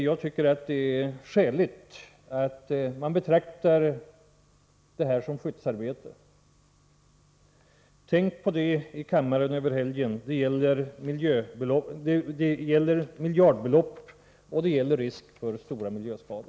Jag anser att det är skäligt att man betraktar detta som skyddsarbete. Tänk på det i er kammare över helgen! Det gäller miljardbelopp, och det är risk för stora miljöskador.